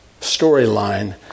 storyline